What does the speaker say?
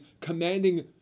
commanding